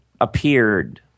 appeared